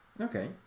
Okay